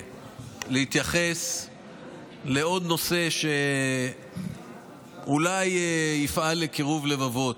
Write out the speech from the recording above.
להתייחס לעוד נושא שאולי יפעל לקירוב לבבות.